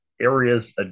areas